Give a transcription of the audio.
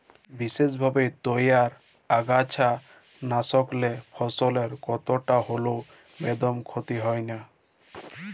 বিসেসভাবে তইয়ার আগাছানাসকলে ফসলের কতকটা হল্যেও বেদম ক্ষতি হয় নাই